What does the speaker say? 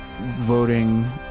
Voting